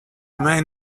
might